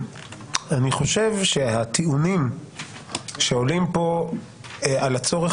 אני חושב שהטיעונים שעולים פה על הצורך